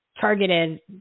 targeted